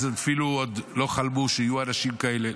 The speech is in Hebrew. אז אפילו עוד לא חלמו שיהיו אנשים כאלה.